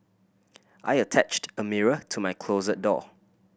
I attached a mirror to my closet door